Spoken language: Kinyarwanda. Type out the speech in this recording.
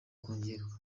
kongerwa